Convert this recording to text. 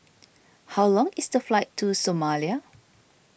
how long is the flight to Somalia